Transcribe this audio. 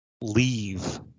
leave